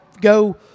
go